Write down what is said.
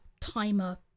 timer